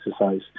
exercise